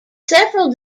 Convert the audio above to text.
several